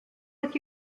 with